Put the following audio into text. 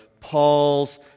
Paul's